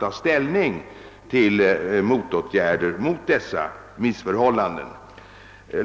ta ställning till motåtgärder mot dessa missförhållanden.